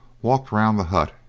walked round the hut,